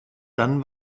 dann